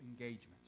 engagement